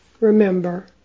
remember